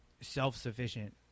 self-sufficient